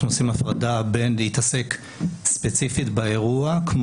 אנחנו עושים הפרדה בין להתעסק ספציפית באירוע,